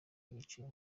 yicaye